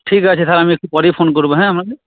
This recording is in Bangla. ঠিক আছে তাহলে আমি একটু পরেই ফোন করব হ্যাঁ আপনাকে